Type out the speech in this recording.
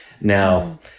Now